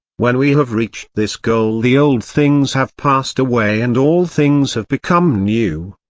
when we have reached this goal the old things have passed away and all things have become new.